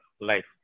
life